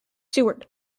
seward